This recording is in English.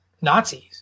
Nazis